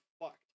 fucked